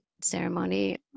ceremony